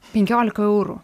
penkiolika eurų